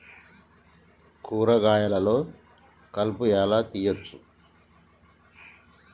కూరగాయలలో కలుపు ఎలా తీయచ్చు?